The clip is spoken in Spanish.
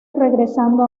regresando